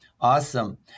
awesome